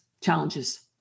challenges